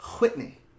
Whitney